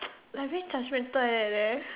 like very judgemental like that